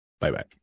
Bye-bye